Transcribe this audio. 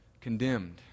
condemned